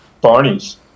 Barney's